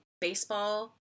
baseball